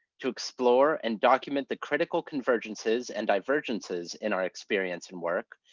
to explore and document the critical convergences and divergences in our experience and work,